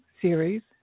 Series